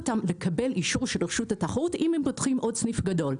לקבל אישור של רשות התחרות אם הם פותחים עוד סניף גדול.